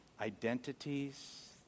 identities